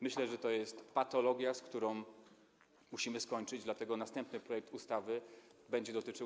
Myślę, że to jest patologia, z którą musimy skończyć, dlatego następny projekt ustawy będzie tego dotyczył.